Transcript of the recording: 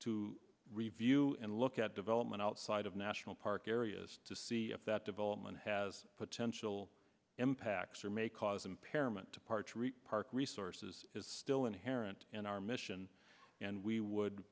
to review and look at development outside of national park areas to see if that development has potential impacts or may cause impairment departure park resources is still inherent in our mission and we would